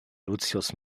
lucius